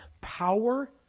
power